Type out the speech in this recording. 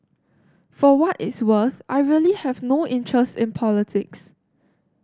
for what it is worth I really have no interest in politics